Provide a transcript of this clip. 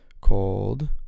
called